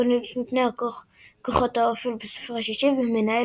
התגוננות מפני כוחות האופל בספר השישי ומנהל